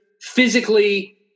physically